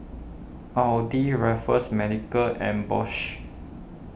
Audi Raffles Medical and Bosch